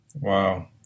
Wow